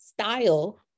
Style